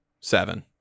seven